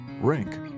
Rank